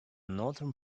northern